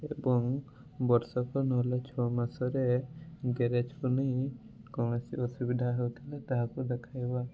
ଏବଂ ବର୍ଷକ ନହେଲେ ଛ ମାସରେ ଗ୍ୟାରେଜକୁ ନେଇ କୌଣସି ଅସୁବିଧା ହେଉଥିଲେ ତାହାକୁ ଦେଖାଇବା